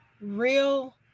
real